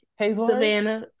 Savannah